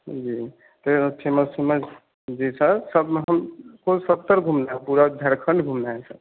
जी तो यह famous famous जी सर सब हम कुल सत्तर घूमना है पूरा झारखंड घूमना है सर